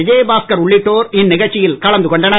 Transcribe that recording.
விஜயபாஸ்கர் உள்ளிட்டோர் இந்நிகழ்ச்சியில் கலந்து கொண்டனர்